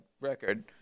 record